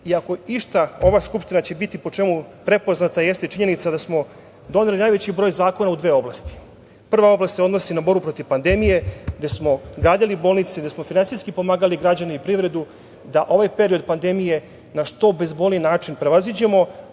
ako išta ova Skupština će biti po čemu prepoznata jeste činjenica da smo doneli najveći broj zakona u dve oblasti. Prva oblast se odnosi na borbu protiv pandemije, gde smo gradili bolnice, gde smo finansijski pomagali građane i privredu, da ovaj period pandemije na što bezbolniji način prevaziđemo,